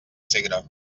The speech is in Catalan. segre